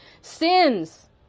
sins